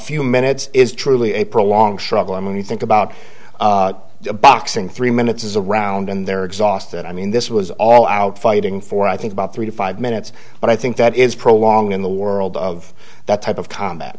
few minutes is truly a prolonged struggle and when you think about boxing three minutes is a round and they're exhausted i mean this was all out fighting for i think about three to five minutes but i think that is prolonging the world of that type of combat